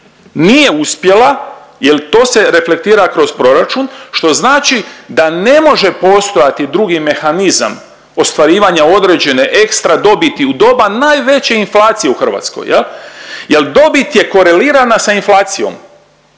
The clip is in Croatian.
nije uspjela jer to se reflektira kroz proračun što znači da ne može postojati drugi mehanizam ostvarivanje određene ekstra dobiti u doba najveće inflacije u Hrvatskoj jel, jel dobit je korelirana sa inflacijom.